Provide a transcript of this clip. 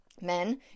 Men